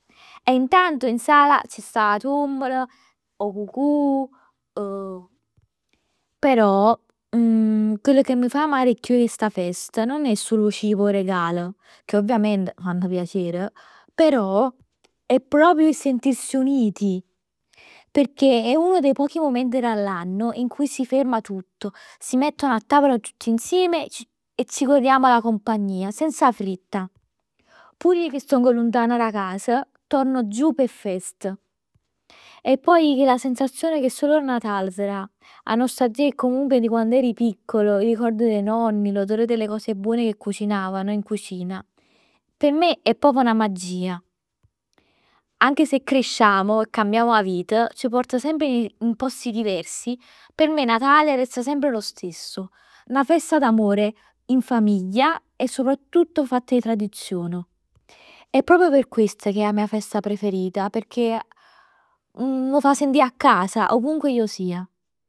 E intanto in sala c' sta 'a tombola, 'o cucù, però chell che m' fa amare chiù sta festa non è sul 'o cibo o 'o regalo. Che ovviament m' fanno piacere. Però è proprio il sentirsi uniti. Pecchè è uno dei pochi momenti all'anno addò s' ferma tutto, si mettono a tavola tutti insieme e ci godiamo la compagnia senza fretta. Pur ij che stong luntan da casa torno giù p' 'e feste. E poi chella sensazion che solo Natale t' dà. 'A nostalgia comunque di quando eri piccolo. Il ricordo dei nonni, l'odore delle cose buone che cucinavano in cucina. P' me è proprio 'na magia. Anche se cresciamo e cambiamo 'a vita ci porta sempre in posti diversi e p' me Natale diventa sempre lo stesso. 'Na festa d'amore in famiglia e soprattutto fatto 'e tradizion. È proprio p' questo che è la mia festa preferita, pecchè m' fa sentì a casa ovunque io sia.